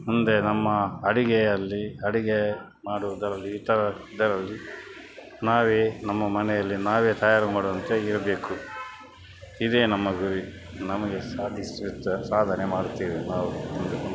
ಮುಂದೆ ನಮ್ಮ ಅಡಿಗೆಯಲ್ಲಿ ಅಡಿಗೆ ಮಾಡುವುದರಲ್ಲಿ ಇತರ ಇದರಲ್ಲಿ ನಾವೇ ನಮ್ಮ ಮನೆಯಲ್ಲಿ ನಾವೇ ತಯಾರು ಮಾಡುವಂತೆ ಇರಬೇಕು ಇದೇ ನಮ್ಮ ಗುರಿ ನಾವು ಸಾಧಿಸುವತ್ತ ಸಾಧನೆ ಮಾಡುತ್ತೇವೆ ನಾವು